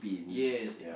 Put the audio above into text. yes